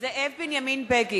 אריאל, מצביע זאב בנימין בגין,